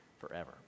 forever